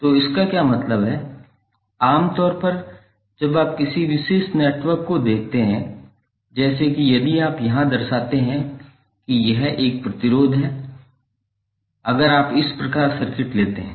तो इसका क्या मतलब है आम तौर पर जब आप किसी विशेष नेटवर्क को देखते हैं जैसे कि यदि आप यहां दर्शाते हैं कि एक प्रतिरोध है अगर आप इस प्रकार सर्किट लेते हैं